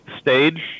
stage